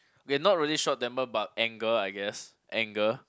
okay not really short temper but anger I guess anger